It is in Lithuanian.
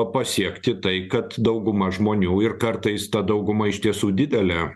pasiekti tai kad dauguma žmonių ir kartais ta dauguma iš tiesų didelė